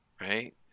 Right